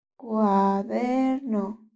Cuaderno